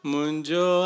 Munjo